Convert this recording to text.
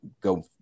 go